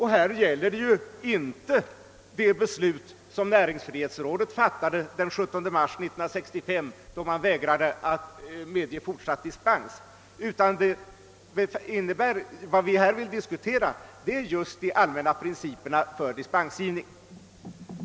Här gäller det ju inte det beslut som näringsfrihetsrådet fattade den 17 mars 1965, då man vägrade att medge fortsatt dispens, utan vad vi här diskuterar är just de allmänna principerna för dispensgivning.